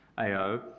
AO